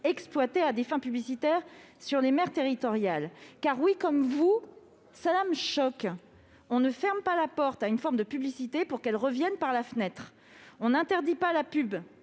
exploitées à des fins publicitaires sur les mers territoriales. Comme vous, en effet, je suis choquée : on ne ferme pas la porte à une forme de publicité pour qu'elle rentre par la fenêtre. On n'interdit pas la